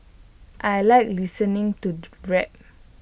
I Like listening to rap